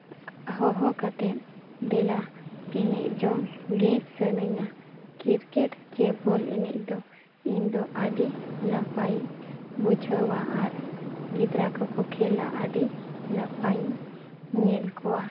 ᱦᱚ ᱦᱚ ᱠᱟᱛᱮᱫ ᱫᱮᱞᱟ ᱫᱮᱞᱟ ᱮᱱᱮᱡ ᱡᱚᱝ ᱜᱮ ᱥᱟᱱᱟᱧᱟ ᱠᱨᱤᱠᱮᱴ ᱪᱮ ᱵᱚᱞ ᱮᱱᱮᱡ ᱫᱚ ᱤᱧ ᱫᱚ ᱟᱹᱰᱤ ᱱᱟᱯᱟᱭ ᱵᱩᱡᱷᱟᱣᱟ ᱟᱨ ᱜᱤᱫᱽᱨᱟᱹ ᱠᱚ ᱠᱚ ᱠᱷᱮᱞᱟ ᱟᱹᱰᱤ ᱱᱟᱯᱟᱭᱤᱧ ᱧᱮᱞ ᱠᱚᱣᱟ